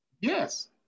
Yes